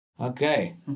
Okay